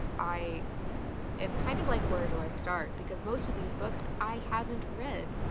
i am kind of like, where do i start? because most of these books i haven't read.